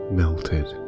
melted